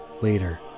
Later